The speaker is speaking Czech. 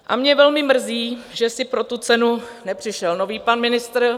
A mě velmi mrzí, že si pro tu cenu nepřišel nový pan ministr.